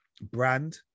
brand